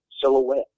silhouette